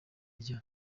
rya